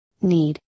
need